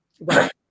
right